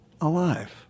alive